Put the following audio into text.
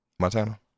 Montana